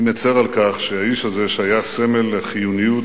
אני מצר על כך שהאיש הזה שהיה סמל לחיוניות,